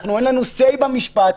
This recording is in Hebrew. אין לנו say בעניין.